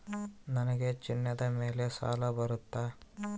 ನನಗೆ ಚಿನ್ನದ ಮೇಲೆ ಸಾಲ ಬರುತ್ತಾ?